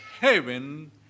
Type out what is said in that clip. Heaven